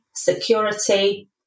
security